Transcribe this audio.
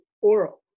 oral